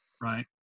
right